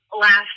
last